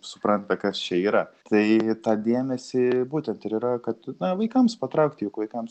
supranta kas čia yra tai tą dėmesį būtent ir yra kad na vaikams patraukti juk vaikams